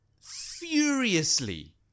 furiously